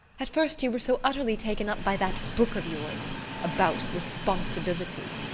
at first you were so utterly taken up by that book of yours about responsibility.